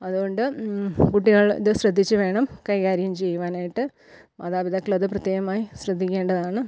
അതുകൊണ്ട് കുട്ടികൾ അത് ശ്രദ്ധിച്ചുവേണം കൈകാര്യം ചെയ്യുവാനായിട്ട് മാതാപിതാക്കൾ അത് പ്രത്യേകമായി ശ്രദ്ധിക്കേണ്ടതാണ്